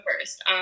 first